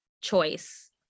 choice